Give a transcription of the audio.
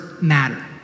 matter